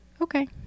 Okay